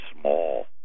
small